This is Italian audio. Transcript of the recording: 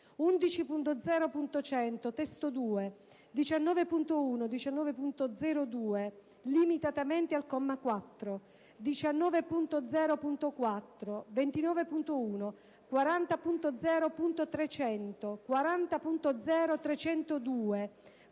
11.0.100 (testo 2), 19.1, 19.0.2 (limitatamente al comma 4), 19.0.4, 29.1, 40.0.300, 40.0.302